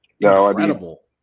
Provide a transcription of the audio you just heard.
incredible